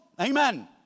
Amen